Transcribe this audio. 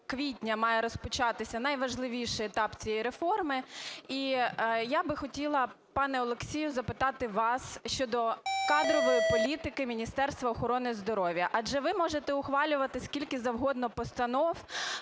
квітня має розпочатися найважливіший етап цієї реформи. І я би хотіла, пане Олексію, запитати вас щодо кадрової політики Міністерства охорони здоров'я. Адже ви можете ухвалювати скільки завгодно постанов,